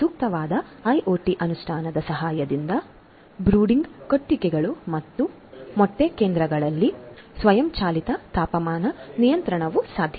ಸೂಕ್ತವಾದ ಐಒಟಿ ಅನುಷ್ಠಾನದ ಸಹಾಯದಿಂದ ಬ್ರೂಡಿಂಗ್ ಕೊಟ್ಟಿಗೆಗಳು ಮತ್ತು ಮೊಟ್ಟೆಕೇಂದ್ರಗಳಲ್ಲಿ ಸ್ವಯಂಚಾಲಿತ ತಾಪಮಾನ ನಿಯಂತ್ರಣವೂ ಸಾಧ್ಯ